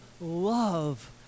love